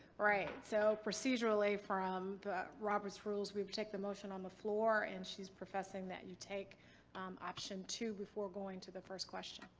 right. so procedurally from the robert's rules, we take the motion on the floor and she's professing that you take option two before going to the first question.